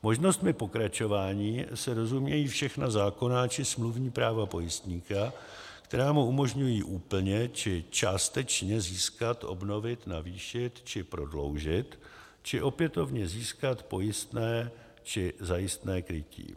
Možnostmi pokračování se rozumějí všechna zákonná či smluvní práva pojistníka, která mu umožňují úplně či částečně získat, obnovit, navýšit či prodloužit či opětovně získat pojistné či zajistné krytí.